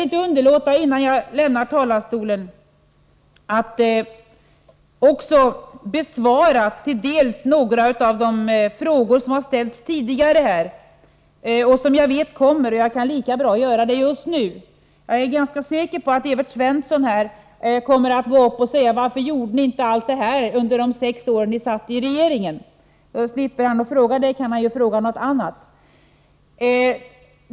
Men innan jag lämnar talarstolen, vill jag inte underlåta att besvara några av de frågor som har ställts — och även frågor som jag vet kommer att ställas; jag kan lika gärna besvara dem nu. Jag är ganska säker på att Evert Svensson hade tänkt fråga: Varför gjorde ni inte allt detta under de sex år som ni satt i regeringen? Nu slipper han det och kan fråga om någonting annat.